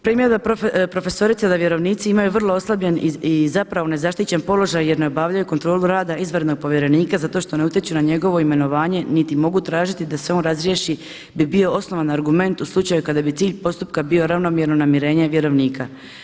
Primjedba profesorice da vjerovnici imaju vrlo oslabljen i zapravo nezaštićen položaj jer ne obavljaju kontrolu rada izvanrednog povjerenika zato što ne utječu na njegovo imenovanje niti mogu tražiti da se on razriješi bi bio osnovan argument u slučaju kada bi cilj postupka bio ravnomjerno namirenje vjerovnika.